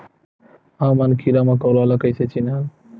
हमन कीरा मकोरा ला कइसे चिन्हन?